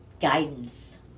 guidance